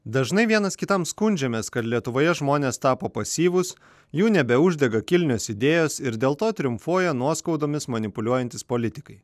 dažnai vienas kitam skundžiamės kad lietuvoje žmonės tapo pasyvūs jų nebeuždega kilnios idėjos ir dėl to triumfuoja nuoskaudomis manipuliuojantys politikai